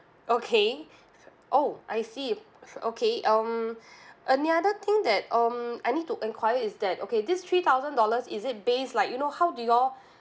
okay oh I see okay um another thing that um I need to enquire is that okay this three thousand dollars is it base like you know how do you all